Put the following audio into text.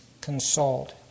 consult